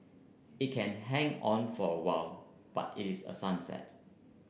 it can hang on for a while but it is a sunset